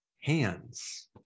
hands